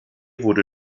wurde